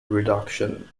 reduction